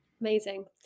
Amazing